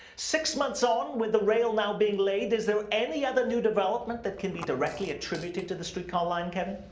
six months on with the rail now being laid, is there any other new development that can be directly attributed to the streetcar line, kevin?